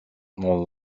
dans